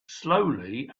slowly